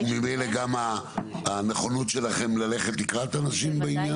וממילא גם הנכונות שלכם ללכת לקראת אנשים בעניין?